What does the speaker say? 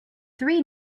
three